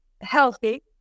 healthy